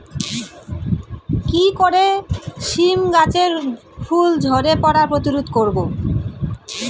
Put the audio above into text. কি করে সীম গাছের ফুল ঝরে পড়া প্রতিরোধ করব?